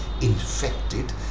infected